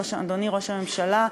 אדוני ראש הממשלה,